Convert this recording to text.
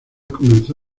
comenzó